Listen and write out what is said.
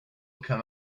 come